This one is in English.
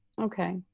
Okay